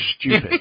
stupid